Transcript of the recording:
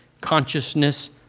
consciousness